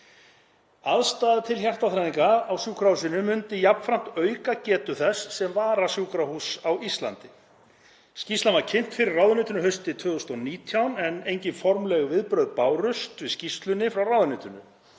Aðstaða til hjartaþræðinga á sjúkrahúsinu myndi jafnframt auka getu þess sem varasjúkrahúss á Íslandi. Skýrslan var kynnt fyrir ráðuneytinu haustið 2019 en engin formleg viðbrögð bárust við skýrslunni frá ráðuneytinu.